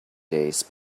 days